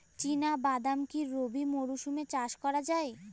চিনা বাদাম কি রবি মরশুমে চাষ করা যায়?